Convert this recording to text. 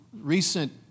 recent